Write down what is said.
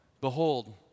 Behold